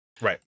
Right